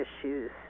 issues